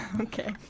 Okay